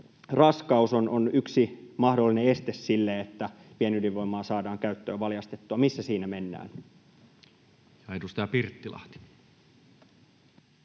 raskaus on yksi mahdollinen este sille, että pienydinvoimaa saadaan käyttöön valjastettua. Missä siinä mennään? Ja edustaja Pirttilahti.